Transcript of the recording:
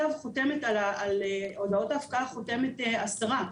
על הודעות ההפקעה חותמת השרה,